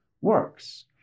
works